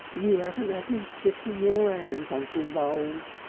you aven't ad im sick on your ands, uncle voules,